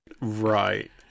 right